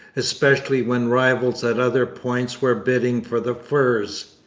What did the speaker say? especially when rivals at other points were bidding for the furs.